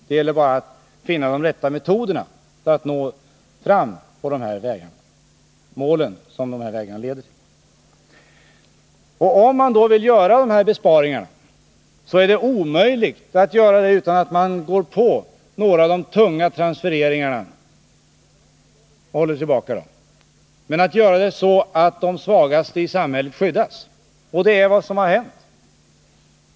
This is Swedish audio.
Det gäller bara att finna de rätta metoderna att nå fram till de mål som vägarna leder till. Om man då vill göra dessa besparingar, så är det omöjligt utan att man håller tillbaka när det gäller några av de tunga transfereringarna. Men man skall göra det så att de svagaste i samhället skyddas. Och detta är vad som har hänt.